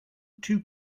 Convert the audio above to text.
too